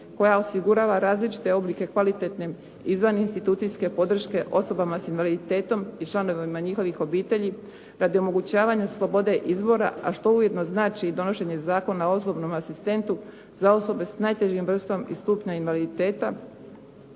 koja osigurava različite oblike kvalitetne izvaninstitucijske podrške osobama sa invaliditetom i članovima njihovih obitelji radi omogućavanja slobode izbora a što ujedno znači i donošenje zakona o osobnom asistentu za osobe sa najtežim vrstom i stupnjem invaliditeta.